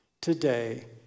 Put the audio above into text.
today